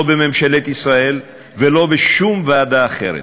לא בממשלת ישראל ולא בשום ועדה אחרת.